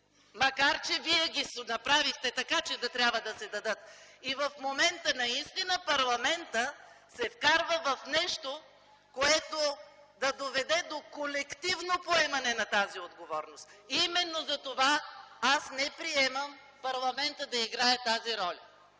макар че именно вие направихте така, че да трябва да се дадат. И в момента парламентът наистина се вкарва в нещо, което да доведе до колективно поемане на тази отговорност. Именно затова аз не приемам парламентът да играе тази роля.